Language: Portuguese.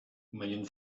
menino